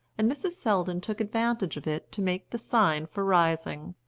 and mrs. selldon took advantage of it to make the sign for rising,